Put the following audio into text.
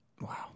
Wow